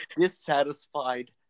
dissatisfied